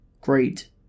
great